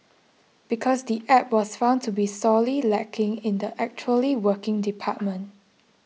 because the app was found to be sorely lacking in the actually working department